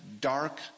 dark